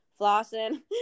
flossing